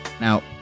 Now